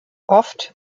oft